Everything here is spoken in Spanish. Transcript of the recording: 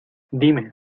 dime